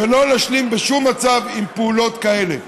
לא להשלים בשום מצב עם פעולות כאלה.